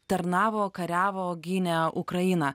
tarnavo kariavo gynė ukrainą